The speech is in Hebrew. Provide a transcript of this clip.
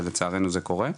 ולצערנו זה קורה,